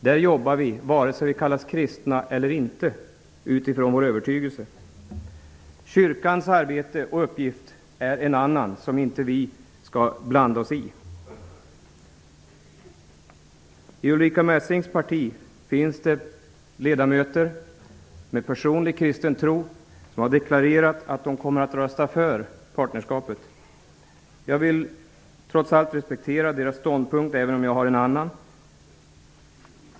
Där jobbar vi, vare sig vi kallas kristna eller inte, utifrån vår övertygelse. Kyrkans arbete och uppgift är en annan, som inte vi skall blanda oss i. I Ulrica Messings parti finns det ledamöter med personlig kristen tro som har deklarerat att de kommer att rösta för partnerskapet. Jag vill respektera deras ståndpunkt, även om jag har en annan.